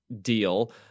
deal